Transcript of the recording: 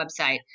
website